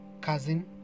cousin